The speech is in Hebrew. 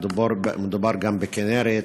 מדובר גם בכינרת,